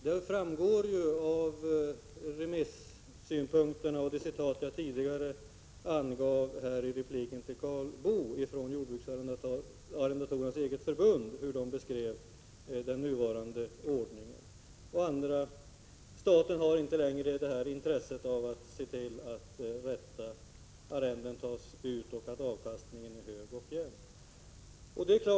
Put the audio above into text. Det framgår av de synpunkter som framförts i remissvaren och av vad som sägs av jordarrendatorernas eget förbund enligt det citat som jag anförde i min replik till Karl Boo, där man beskriver den nuvarande ordningen. Staten har inte längre detta intresse av att se till att rätta arrenden tas ut och att avkastningen är hög och jämn.